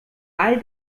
all